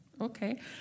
okay